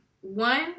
one